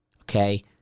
okay